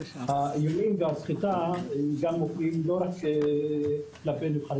האיומים והסחיטה מופיעים לא רק כלפי נבחרי